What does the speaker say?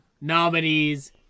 nominee's